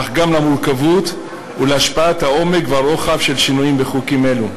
אך גם למורכבות ולהשפעות העומק והרוחב של שינויים בחוקים אלו.